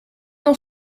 nog